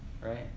right